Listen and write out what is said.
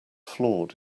flawed